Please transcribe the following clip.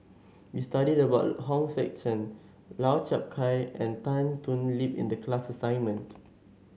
we studied about Hong Sek Chern Lau Chiap Khai and Tan Thoon Lip in the class assignment